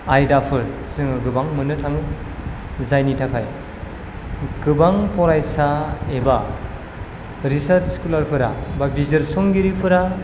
आयदाफोर जोङो गोबां मोननो थाङो जायनि थाखाय गोबां फरायसा एबा रिसार्च स्क'लारफोरा बा बिजिरसंगिरिफोरा